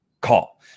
call